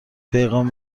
پیغام